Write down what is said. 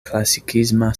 klasikisma